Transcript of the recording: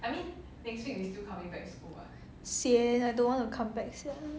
sian I don't want to come back sia